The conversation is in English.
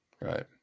Right